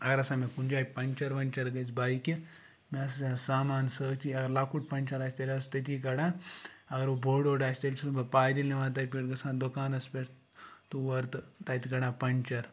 اگر ہَسا مےٚ کُنہِ جایہِ پنٛچَر وَنٛچَر گَژھِ بایِکہِ مےٚ ہَسا سامان سۭتۍ یا لَکُٹ پنٛچَر آسہِ تیٚلہِ حظ چھُس تٔتی کَڑان اگر وَ بوٚڑ ووٚڑ آسہِ تیٚلہِ چھُس بہٕ پَیدٔلۍ نِوان تَتہِ پٮ۪ٹھ گژھان دُکانَس پٮ۪ٹھ تور تہٕ تَتہِ کَڑان پنٛچَر